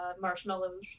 marshmallows